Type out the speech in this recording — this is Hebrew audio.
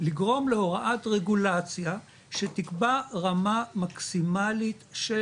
לגרום להוראת רגולציה שתקבע רמה מקסימלית של